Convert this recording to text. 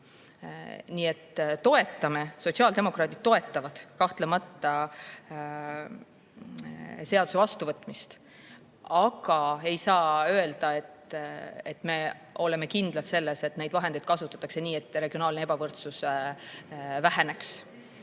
hakata kasutama. Sotsiaaldemokraadid toetavad kahtlemata seaduse vastuvõtmist. Samas ei saa öelda, et me oleme kindlad, et neid vahendeid kasutatakse nii, et regionaalne ebavõrdsus väheneks.